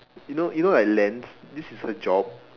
you know you know like lance this is a job